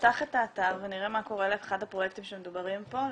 נפתח את האתר ונראה מה קורה לאחד הפרויקטים שמדוברים פה,